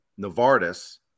Novartis